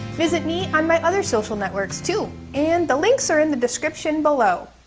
visit me on my other social networks too, and the links are in the description below